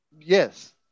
Yes